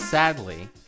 Sadly